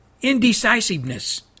indecisiveness